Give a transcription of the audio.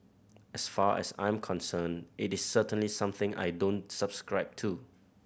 as far as I'm concerned it is certainly something I don't subscribe to